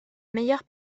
meilleure